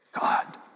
God